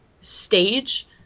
stage